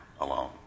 Alone